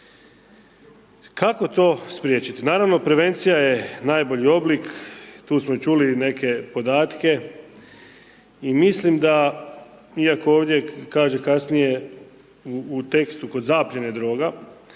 Kako to spriječiti? Naravno prevencija je najbolji oblik, tu smo i čuli neke podatke i mislim da iako ovdje kaže kasnije u tekstu kod zaplijene droga,